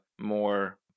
more